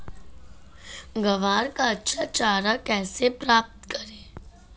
ग्वार का अच्छा चारा कैसे प्राप्त करें?